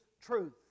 truth